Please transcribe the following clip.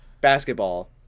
basketball